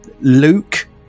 Luke